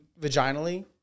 vaginally